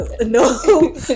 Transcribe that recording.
no